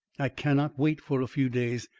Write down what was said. i cannot wait for a few days.